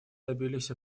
добились